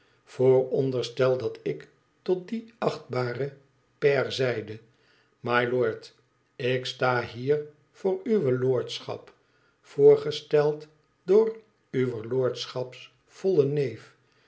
vooronderstel dat ik tot dien achtbaren pair zeide tmylord ik sta hier voor uwe lordschap voorgesteld door uwer lordschaps vollen neef